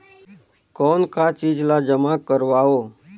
कौन का चीज ला जमा करवाओ?